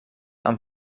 amb